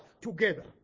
together